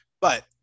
But-